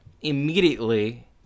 immediately